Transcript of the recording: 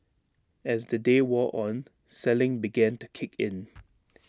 as the day wore on selling began to kick in